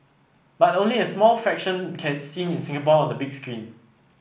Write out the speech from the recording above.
but only a small fraction get seen in Singapore on the big screen